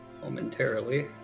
momentarily